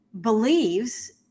believes